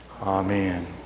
Amen